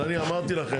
אבל אני אמרתי לכם,